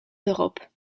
l’europe